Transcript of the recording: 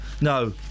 no